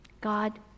God